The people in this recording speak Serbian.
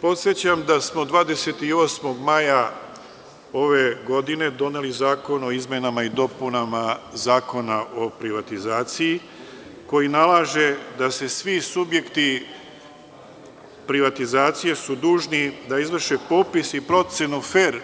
Podsećam da smo 28. maja ove godine doneli Zakon o izmenama i dopunama Zakona o privatizaciji, koji nalaže da su svi subjekti privatizacije dužni da izvrše popis i procenu fer